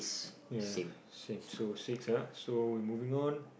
ya same so six ah so we moving on